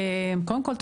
קודם כל,